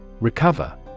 Recover